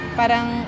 parang